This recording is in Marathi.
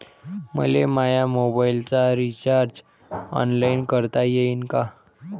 मले माया मोबाईलचा रिचार्ज ऑनलाईन करता येईन का?